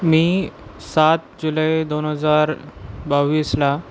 मी सात जुलै दोन हजार बावीसला